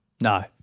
No